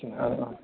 अ अ